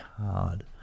hard